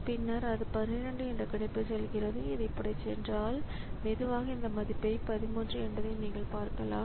பின்னர் அது 12 என்ற கணிப்புக்குச் செல்கிறது இது இப்படிச் சென்றால் மெதுவாக இந்த மதிப்பை 13 என்பதை நீங்கள் பார்க்கலாம்